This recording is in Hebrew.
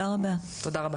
הישיבה ננעלה